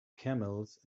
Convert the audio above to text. camels